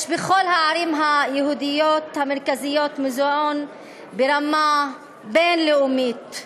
בכל הערים היהודיות המרכזיות יש מוזיאון ברמה בין-לאומית,